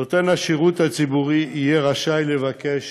נותן השירות הציבורי יהיה רשאי לבקש